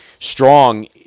Strong